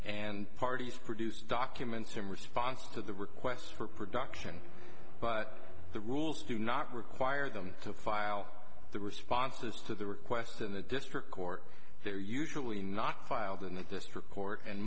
and parties produce documents in response to the request for production but the rules do not require them to file the responses to the request in the district court they're usually not filed in the district court and